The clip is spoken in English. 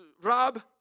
Rob